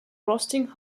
roasting